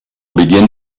begin